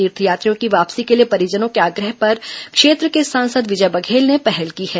तीर्थयात्रियों की वापसी के लिए परिजनों के आग्रह पर क्षेत्र के सांसद विजय बघेल ने पहल की है